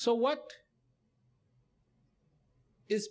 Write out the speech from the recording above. so what is